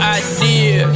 idea